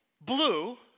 blue